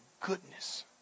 goodness